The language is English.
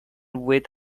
with